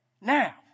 Now